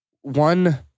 one